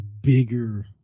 bigger